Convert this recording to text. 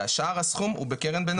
ושאר הסכום הוא בקרן ביניים.